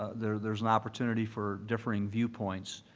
there's there's an opportunity for differing viewpoints.